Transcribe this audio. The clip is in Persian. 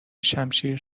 شمشیر